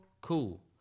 cool